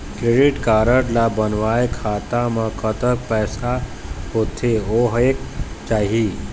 Credit card ला बनवाए खाता मा कतक पैसा होथे होएक चाही?